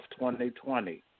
2020